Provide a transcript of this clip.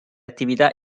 attività